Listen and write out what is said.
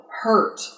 hurt